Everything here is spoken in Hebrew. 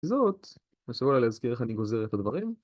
זאת, אסרו עליי להזכיר איך אני גוזר את הדברים